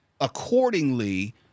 accordingly